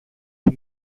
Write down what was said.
σου